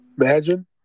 Imagine